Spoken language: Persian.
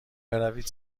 بروید